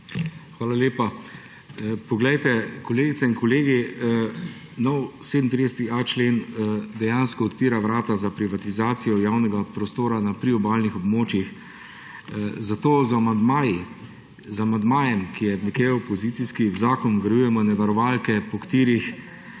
Hvala lepa. Poglejte, kolegice in kolegi, novi 37.a člen dejansko odpira vrata za privatizacijo javnega prostora na priobalnih območjih, zato z amandmajem, ki je opozicijski, v zakon vgrajujemo ene varovalke, po katerih